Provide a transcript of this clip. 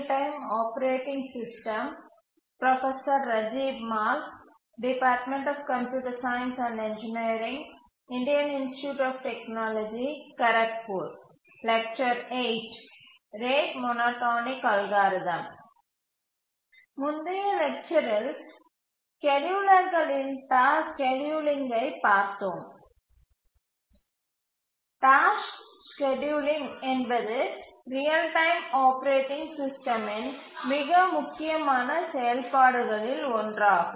task scheduling என்பது real time operating சிஸ்டமின் மிக முக்கியமான செயல்பாடுகளில் ஒன்றாகும்